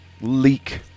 Leak